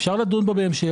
אפשר לדון בו בהמשך.